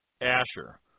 Asher